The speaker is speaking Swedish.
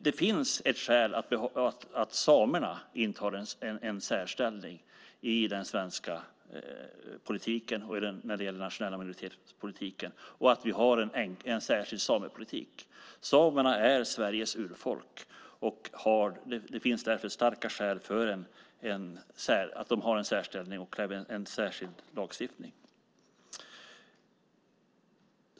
Det finns ett skäl till att samerna intar en särställning i den svenska politiken när det gäller nationella minoriteter och att vi har en särskild samepolitik. Samerna är Sveriges urfolk, och det finns därför starka skäl till att de har en särställning och en särskild lagstiftning.